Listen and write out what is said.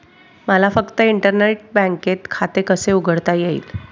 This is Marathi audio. मला फक्त इंटरनेट बँकेत खाते कसे उघडता येईल?